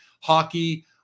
Hockey